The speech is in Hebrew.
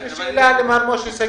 יש לי שאלה למר משה שגיא.